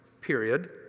period